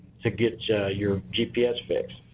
to get your gps fix.